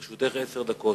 לרשותך עשר דקות.